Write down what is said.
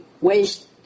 waste